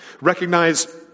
Recognize